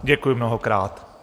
Děkuji mnohokrát.